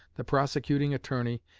the prosecuting attorney,